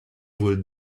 would